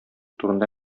турында